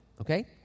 okay